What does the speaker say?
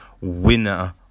winner